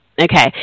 Okay